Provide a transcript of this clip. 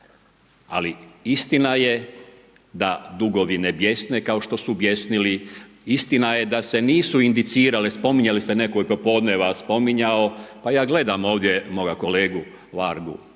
Ali istina je da dugovi ne bijesne kao što su bijesnili, istina je da se nisu indicirale, spominjali ste netko je popodneva spominjao, pa ja gledam ovdje moga kolegu Vargu